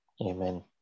Amen